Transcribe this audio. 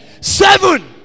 Seven